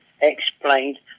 explained